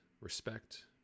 respect